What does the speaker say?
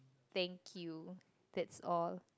thank you that's all